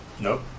Nope